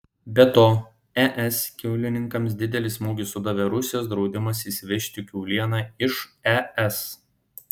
be to es kiaulininkams didelį smūgį sudavė rusijos draudimas įsivežti kiaulieną iš es